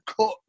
cut